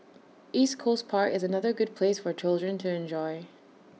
East Coast park is another good place for children to enjoy